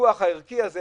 בוויכוח הערכי הזה,